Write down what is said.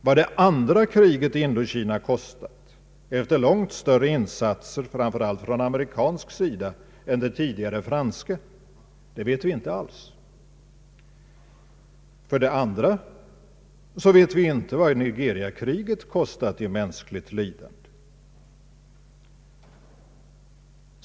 Vad det andra kriget i Indokina kostat efter långt större insatser framför allt från amerikansk sida än det tidigare franska, det vet vi inte alls. För det andra vet vi inte vad Nigeriakriget kostat i mänskligt lidande.